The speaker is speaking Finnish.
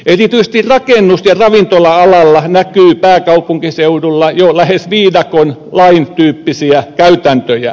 erityisesti rakennus ja ravintola alalla näkyy pääkaupunkiseudulla jo lähes viidakon lain tyyppisiä käytäntöjä